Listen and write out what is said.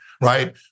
right